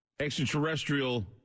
extraterrestrial